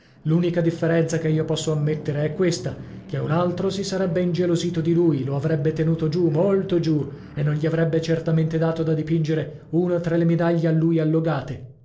l'unica differenza che io posso ammettere è questa che un altro si sarebbe ingelosito di lui lo avrebbe tenuto giù molto giù e non gli avrebbe certamente dato da dipingere una tra le medaglie a lui allogate